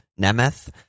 Nemeth